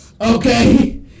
Okay